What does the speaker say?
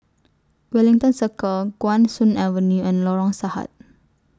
Wellington Circle Guan Soon Avenue and Lorong Sahad